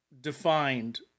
defined